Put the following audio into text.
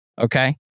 Okay